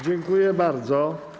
Dziękuję bardzo.